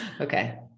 Okay